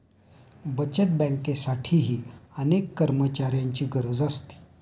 बचत बँकेसाठीही अनेक कर्मचाऱ्यांची गरज असते